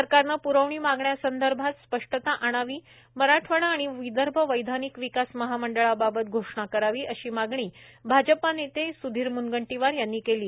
सरकारनं प्रवणी मागण्यांसंदर्भात स्पष्टता आणावी मराठवाडा आणि विदर्भ वैधानिक विकास महामंडळाबाबत घोषणा करावी अशी मागणी भाजप नेते सुधीर म्नगंटीवार यांनी केली